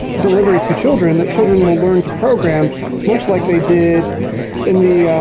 delivery to children that children will learn to program much like they did in the ah,